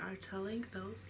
are telling those